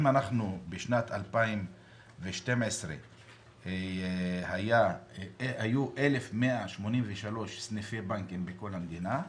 אם בשנת 2012 היו 1,183 סניפי בנקים בכל המדינה,